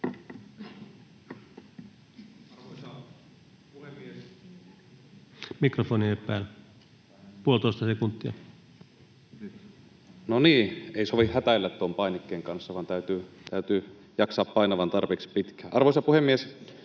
aloittaa puheenvuoron mikrofonin ollessa suljettuna] No niin, ei sovi hätäillä tuon painikkeen kanssa, vaan täytyy jaksaa painaa vain tarpeeksi pitkään. Arvoisa puhemies!